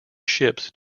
ships